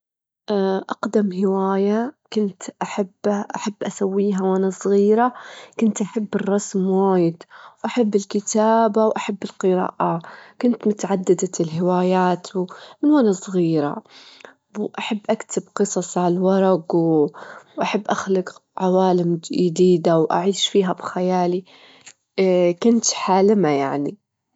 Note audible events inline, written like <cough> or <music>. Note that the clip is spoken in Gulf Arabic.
إن نعيش حياة جيدة يعني، إنا نعيش حياة ممتازة فيها توازن بين العمل والراحة والإهتمام بالعلاقات الشخصية والصحة، والأهم هو إنك تكون راضي عن حياتك ومستجبلها، <hesitation> كلها تندرج تحت العيش الجيد.